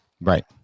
right